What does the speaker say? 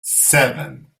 seven